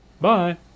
Bye